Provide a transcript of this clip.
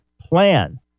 plan